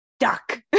Duck